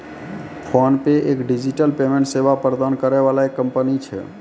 PhonePe एक digital payment सेवा प्रदान करै वाला एक कंपनी छै